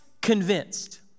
convinced